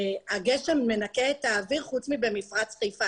שהגשם מנקה את האוויר, חוץ מאשר במפרץ חיפה.